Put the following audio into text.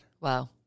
Wow